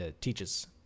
teaches